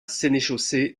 sénéchaussée